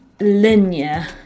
linear